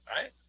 Right